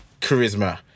charisma